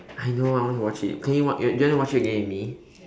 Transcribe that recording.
I know I want to watch it pay you want you want to watch it again with me